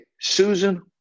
Susan